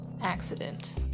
accident